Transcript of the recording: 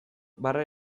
barre